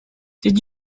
did